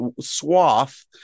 swath